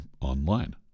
online